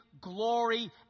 glory